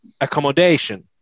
accommodation